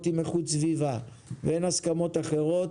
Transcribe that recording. עם איכות הסביבה ואין הסכמות אחרות,